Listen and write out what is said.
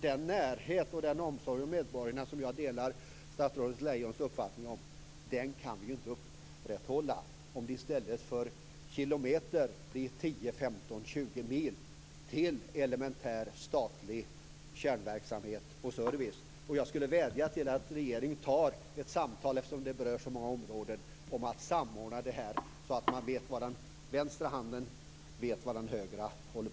Den närhet och omsorg om medborgarna som jag delar statsrådet Lejons uppfattning om kan vi ju inte upprätthålla om det i stället för kilometer blir 10, 15 eller 20 mil till elementär statlig kärnverksamhet och service. Eftersom det berör så många områden skulle jag vilja vädja till regeringen om att ta ett samtal om samordning, så att den vänstra handen vet vad den högra gör.